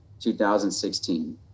2016